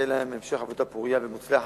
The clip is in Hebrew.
מאחל להם המשך עבודה פורייה ומוצלחת